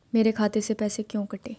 मेरे खाते से पैसे क्यों कटे?